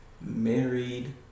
married